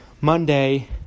Monday